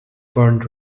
burned